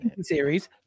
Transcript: series